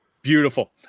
Beautiful